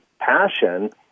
passion